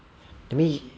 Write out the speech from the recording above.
to me